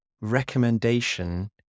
recommendation